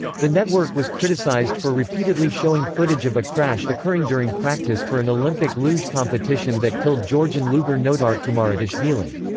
the network was criticized for repeatedly showing footage of a crash occurring during practice for an olympic luge competition that killed georgian luger nodar kumaritashvili.